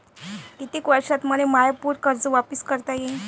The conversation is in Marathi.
कितीक वर्षात मले माय पूर कर्ज वापिस करता येईन?